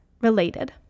Related